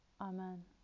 amen